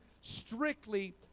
strictly